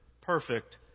perfect